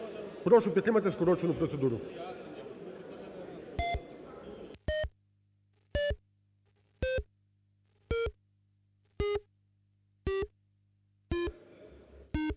Прошу підтримати скорочену процедуру.